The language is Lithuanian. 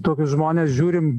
tokius žmones žiūrim